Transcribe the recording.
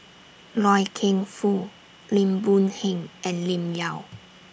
Loy Keng Foo Lim Boon Heng and Lim Yau